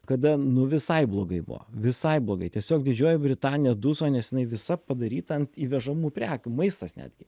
kada nu visai blogai buvo visai blogai tiesiog didžioji britanija duso nes jinai visa padaryta ant įvežamų prekių maistas netgi